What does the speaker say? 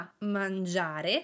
mangiare